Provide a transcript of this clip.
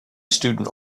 student